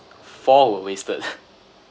four were wasted